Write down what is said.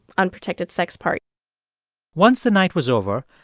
unprotected sex part once the night was over,